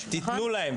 תנו להם,